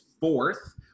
fourth